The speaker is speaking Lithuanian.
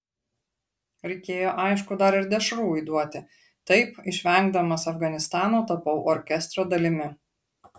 reikėjo aišku dar ir dešrų įduoti taip išvengdamas afganistano tapau orkestro dalimi